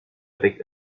avec